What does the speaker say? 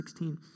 16